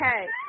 Okay